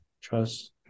Trust